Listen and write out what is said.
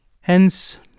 Hence